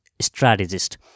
strategist